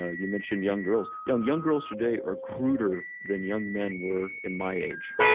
ah you mentioned young girls, young young girls today are cruder than young men were in my age.